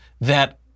that-